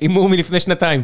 הימור מלפני שנתיים.